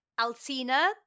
Alcina